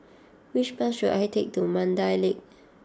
which bus should I take to Mandai Lake